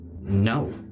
No